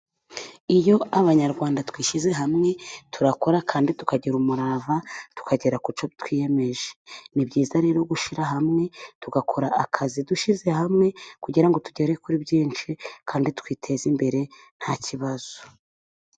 Iyo abanyarwanda twishyize hamwe， turakora kandi tukagira umurava，tukagera ku cyo twiyemeje. Ni byiza rero gushyira hamwe， tugakora akazi dushyize hamwe， kugira ngo tugere kuri byinshi， kandi twiteze imbere nta kibazo.